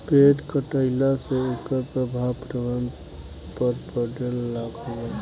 पेड़ कटईला से एकर प्रभाव पर्यावरण पर पड़े लागल बा